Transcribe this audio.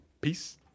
Peace